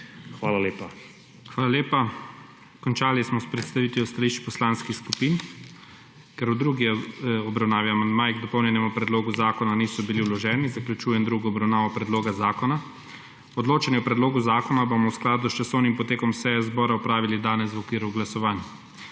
ZORČIČ:** Hvala lepa. Končali smo s predstavitvijo stališč poslanskih skupin. Ker v drugi obravnavi amandmaji k dopolnjenemu predlogu zakona niso bili vloženi, zaključujem drugo obravnavo predloga zakona. Odločanje o predlogu zakona bomo v skladu s časovnim potekom seje zbora opravili danes v okviru glasovanj.